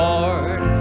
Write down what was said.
Lord